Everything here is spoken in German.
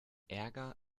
ärger